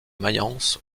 mayence